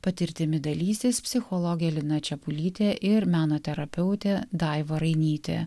patirtimi dalysis psichologė lina čepulytė ir meno terapeutė daiva rainytė